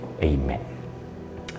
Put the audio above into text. Amen